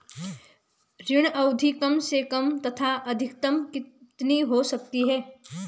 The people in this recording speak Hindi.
ऋण अवधि कम से कम तथा अधिकतम कितनी हो सकती है?